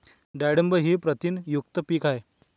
डाळ ही प्रथिनयुक्त पीक आहे